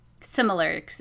similar